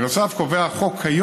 נוסף על כך, החוק כיום